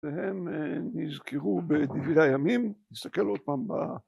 ‫שבהם נזכירו בדברי הימים, ‫נסתכל עוד פעם ב...